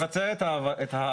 הוא מבצע את ההעברה.